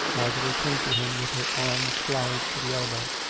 marjorie turned to him, with her arms floured to the elbow.